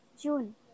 June